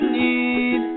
need